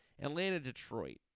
Atlanta-Detroit